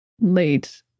late